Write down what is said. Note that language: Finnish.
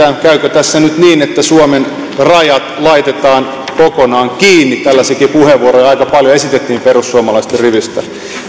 käykö tässä nyt niin että suomen rajat laitetaan kokonaan kiinni tällaisiakin puheenvuoroja aika paljon esitettiin perussuomalaisten rivistä